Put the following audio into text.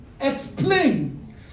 explain